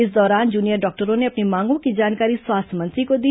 इस दौरान जूनियर डॉक्टरों ने अपनी मांगों की जानकारी स्वास्थ्य मंत्री को दी